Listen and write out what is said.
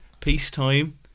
peacetime